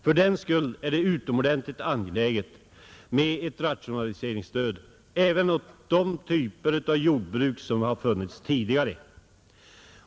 Fördenskull är det synnerligen angeläget med ett rationaliseringsstöd även åt de typer av jordbruk som inte har funnits tidigare.